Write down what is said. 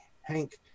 Hank